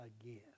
again